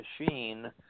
machine